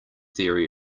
theory